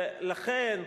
ולכן,